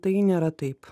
tai nėra taip